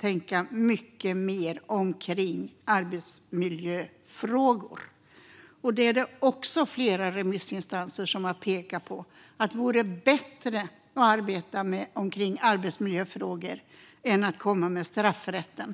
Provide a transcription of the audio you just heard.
tänka mycket mer kring arbetsmiljöfrågor. Flera remissinstanser har också pekat på att det vore bättre att arbeta kring arbetsmiljöfrågor än att komma med straffrätten.